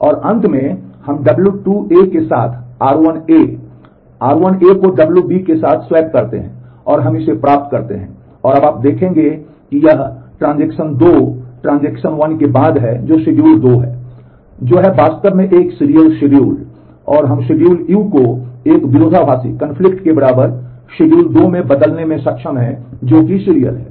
और अंत में हम w2 के साथ स्वैप करते हैं और हम इसे प्राप्त करते हैं और अब आप देख सकते हैं कि यह ट्रांज़ैक्शन 2 ट्रांज़ैक्शन 1 के बाद है जो schedule 2 है जो है वास्तव में एक सीरियल शेड्यूल है और हम शेड्यूल यू को एक विरोधाभासी के बराबर शेड्यूल 2 में बदलने में सक्षम हैं जो कि सीरियल है